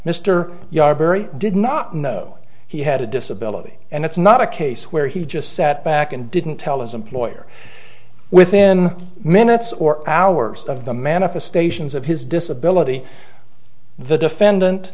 barry did not know he had a disability and it's not a case where he just sat back and didn't tell his employer within minutes or hours of the manifestations of his disability the defendant